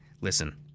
Listen